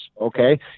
okay